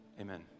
amen